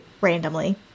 Randomly